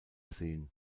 sehen